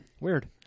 Weird